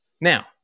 Now